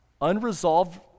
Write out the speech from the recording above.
unresolved